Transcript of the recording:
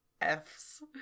Fs